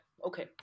Okay